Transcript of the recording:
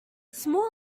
smaller